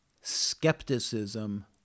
skepticism